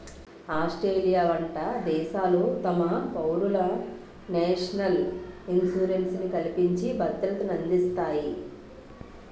Australia వంట దేశాలు తమ పౌరులకు నేషనల్ ఇన్సూరెన్స్ ని కల్పించి భద్రతనందిస్తాయి